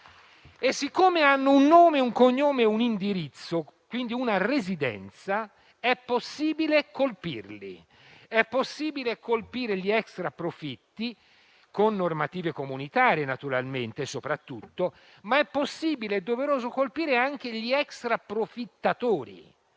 E poiché hanno un nome, un cognome e un indirizzo, quindi, una residenza, è possibile colpirli; è possibile colpire gli extraprofitti con normative comunitarie, naturalmente, soprattutto, ma è possibile e doveroso colpire anche gli extraprofittatori,